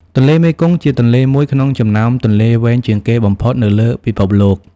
ទន្លេមេគង្គជាទន្លេមួយក្នុងចំណោមទន្លេវែងជាងគេបំផុតនៅលើពិភពលោក។